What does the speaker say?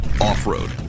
Off-road